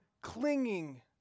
clinging